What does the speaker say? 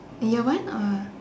in year one or